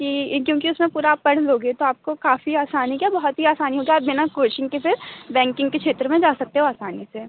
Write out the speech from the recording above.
कि क्योंकि उसमें पूरा आप पढ़ लोगे तो आपको काफ़ी आसानी क्या बहुत ही आसानी होगा आप बिना कोचिंग के फिर बैंकिंग के क्षेत्र में जा सकते हो आसानी से